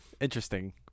interesting